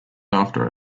after